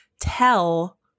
tell